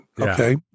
okay